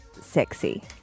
sexy